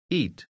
eat